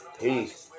peace